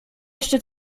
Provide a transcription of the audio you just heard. jeszcze